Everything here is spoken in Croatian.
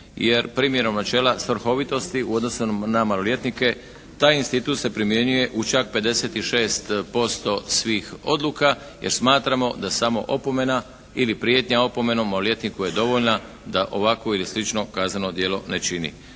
primjenom načela svrhovitosti u odnosu na maloljetnike taj institut se primjenjuje u čak 56% svih odluka jer smatramo da samo opomena ili prijetnja opomenom maloljetniku je dovoljna da ovakvo ili slično kazneno djelo ne čini.